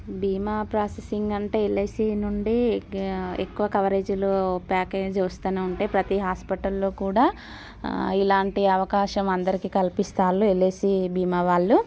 బీమా ప్రాసెసింగ్ అంటే ఎల్ఐసీ నుండి ఎక్కువ కవరేజిలో ప్యాకేజ్ వస్తూనే ఉంటాయి ప్రతీ హస్పటల్లో కూడా ఇలాంటి అవకాశం అందరకీ కల్పిస్తారు ఎల్ఐసీ బీమా వాళ్ళు